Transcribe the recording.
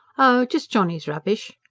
oh, just johnny's rubbish!